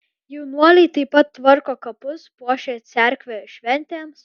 jaunuoliai taip pat tvarko kapus puošia cerkvę šventėms